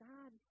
God